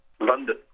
london